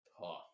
tough